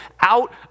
out